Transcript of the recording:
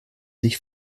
sich